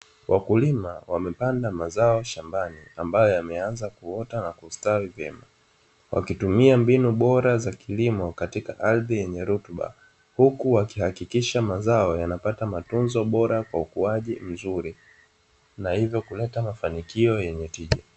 Wakulima wamepanda mazao shambani, ambayo yameanza kuota na kustawi vyema, wakitumia mbinu bora za kilimo katika ardhi yenye rutuba, huku waki hakikisha mazao yana pata matunzo bora kwa ukuaji mzuri na ivyo kuleta mafanikio yenye tija.